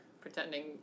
pretending